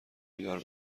بیدار